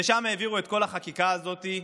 ושם העבירו את כל החקיקה הזאת,